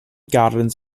gardens